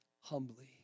humbly